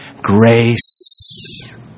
grace